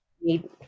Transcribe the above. need